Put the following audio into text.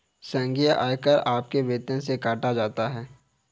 संघीय आयकर आपके वेतन से काटा जाता हैं